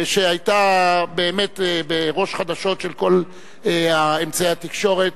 שהיתה באמת בראש החדשות בכל אמצעי התקשורת,